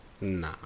Nah